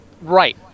right